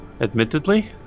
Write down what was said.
admittedly